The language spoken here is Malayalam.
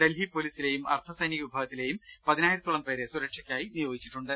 ഡൽഹി പൊലീസിലെയും അർദ്ധ സൈനിക വിഭാഗത്തിലേയും പതിനായിരത്തോളം പേരെ സുരക്ഷ ക്കായി നിയോഗിച്ചിട്ടുണ്ട്